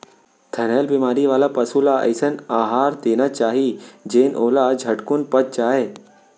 थनैल बेमारी वाला पसु ल अइसन अहार देना चाही जेन ओला झटकुन पच जाय